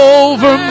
over